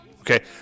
Okay